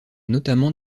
notamment